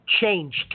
changed